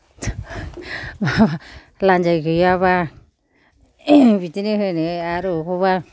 लानजाइ गैयाबा बिदिनो होनो आरो बबेखौबा